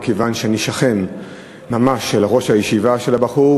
מכיוון שאני שכן ממש של ראש הישיבה של הבחור.